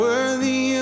Worthy